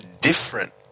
different